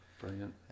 Brilliant